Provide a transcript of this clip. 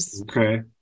Okay